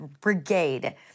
Brigade